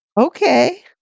Okay